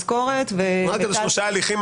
משכורת ו- -- אלה שלושה ההליכים